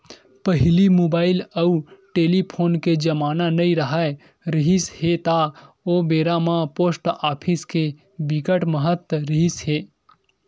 पहिली मुबाइल अउ टेलीफोन के जमाना नइ राहत रिहिस हे ता ओ बेरा म पोस्ट ऑफिस के बिकट महत्ता रिहिस हे